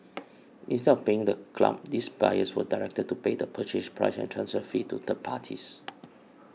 instead of paying the club these buyers were directed to pay the Purchase Price and transfer fee to third parties